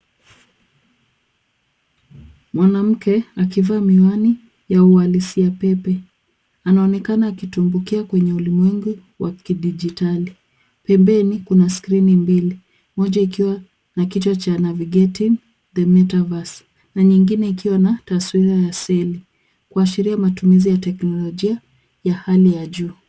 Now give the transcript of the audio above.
Mwanamke akivaa miwani ya hualisia ya pepe. Anaonekana akitumbukia kwenye ulimwengu wa kidijitali. Pembeni kuna(cs) screen(cs) mbili. Moja ikiwa na kichwa cha (cs)navigeti (cs)the metorpase(cs) na nyingine ilio na taswira ya seli kuashiria matumizi ya teknolojia ya hali ya juu.